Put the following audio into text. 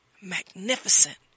magnificent